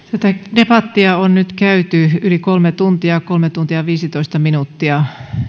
debattia on nyt käyty yli kolme tuntia kolme tuntia viisitoista minuuttia